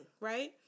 right